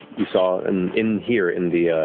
you saw and in here, in the